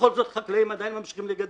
החקלאים עדיין ממשיכים לגדל?